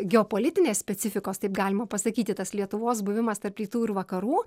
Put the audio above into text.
geopolitinės specifikos taip galima pasakyti tas lietuvos buvimas tarp rytų ir vakarų